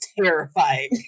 terrifying